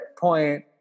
point